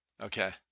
Okay